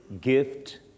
gift